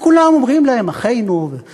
וכולם אומרים להם: אחינו, באמת,